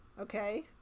okay